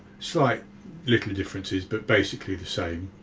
slight little differences but basically the same,